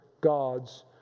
God's